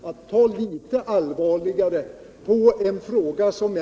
Enligt vår mening måste man snabbt försöka få rätsida på det här problemet.